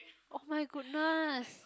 oh-my-goodness